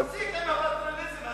מספיק עם הפטרנליזם הזה.